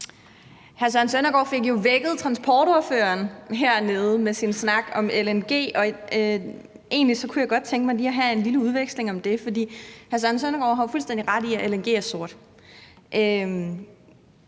Søren Søndergaard fik jo vækket transportordføreren hernede med sin snak om LNG , og egentlig kunne jeg godt tænke mig lige at have en lille udveksling om det, for hr. Søren Søndergaard har jo fuldstændig ret i, at LNG er sort.